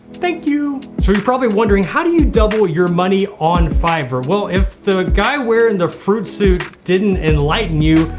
thank you. so you're probably wondering how do you double your money on fiverr? well, if the guy wearing the fruit suit, didn't enlighten you,